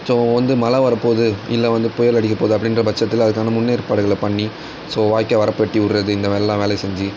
so வந்து மழை வரப்போகுது இல்லை வந்து புயல் அடிக்கப் போகுது அப்படின்ற பட்சத்தில் அதுக்கான முன்னேற்பாடுகளை பண்ணி ஸோ வாய்க்கால் வரப்பு வெட்டி விடறது இந்தமாதிரில்லாம் வேலை செஞ்சு